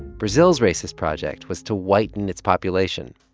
brazil's racist project was to whiten its population,